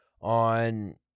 on